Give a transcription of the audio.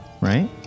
right